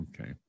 Okay